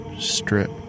Strip